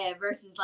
versus